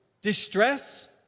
Distress